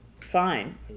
Fine